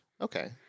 Okay